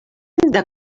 del